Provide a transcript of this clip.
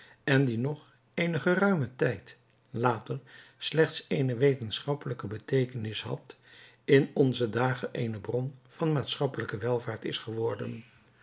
en die nog eenen geruimen tijd later slechts eene wetenschappelijke beteekenis had in onze dagen eene bron van maatschappelijke welvaart is geworden